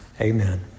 Amen